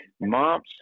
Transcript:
Moms